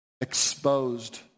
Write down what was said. exposed